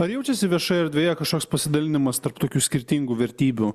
ar jaučiasi viešoje erdvėje kažkoks pasidalinimas tarp tokių skirtingų vertybių